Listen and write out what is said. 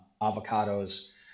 avocados